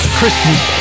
Christmas